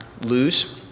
lose